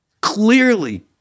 clearly